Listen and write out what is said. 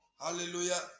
Hallelujah